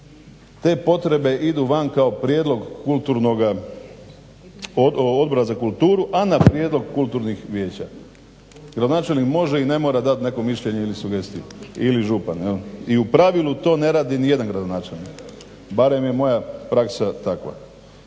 Te potrebe idu van kao prijedlog Odbora za kulturu, a na prijedlog kulturnih vijeća. Gradonačelnik može i ne mora dat neko mišljenje ili sugestiju ili župan i u pravilu to ne radi nijedan gradonačelnik. Barem je moja praksa takva.